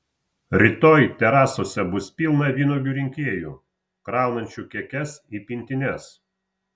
rytoj terasose bus pilna vynuogių rinkėjų kraunančių kekes į pintines